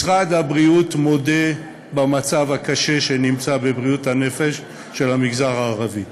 משרד הבריאות מודה במצב הקשה של בריאות הנפש במגזר הערבי,